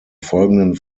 folgenden